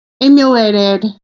emulated